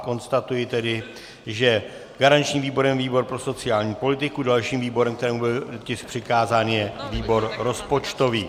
Konstatuji tedy, že garančním výborem je výbor pro sociální politiku, dalším výborem, kterému byl tisk přikázán, je výbor rozpočtový.